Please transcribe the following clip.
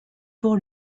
pour